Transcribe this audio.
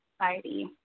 society